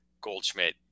Goldschmidt